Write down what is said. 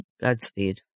Godspeed